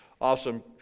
awesome